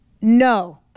No